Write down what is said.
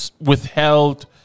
withheld